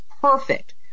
perfect